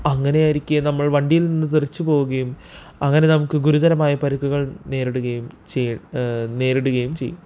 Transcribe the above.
അങ്ങനെയായിരിക്കെ നമ്മൾ വണ്ടിയിൽ നിന്ന് തെറിച്ചു പോവുകേയും അങ്ങനെ നമുക്ക് ഗുരുതരമായ പരിക്കുകൾ നേരിടുകയും ചെയ്യും നേരിടുകയും ചെയ്യും